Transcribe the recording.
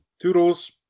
Toodles